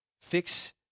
Fix